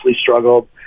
struggled